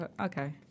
Okay